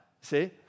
See